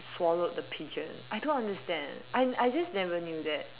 swallowed the pigeon I don't understand I I just never knew that